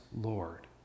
Lord